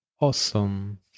Awesome